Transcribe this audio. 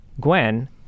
Gwen